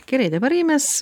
gerai dabar jei mes